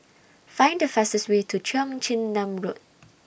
Find The fastest Way to Cheong Chin Nam Road